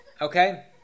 okay